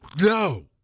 No